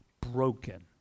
broken